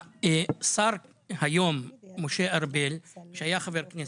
השר משה ארבל שהיה חבר כנסת,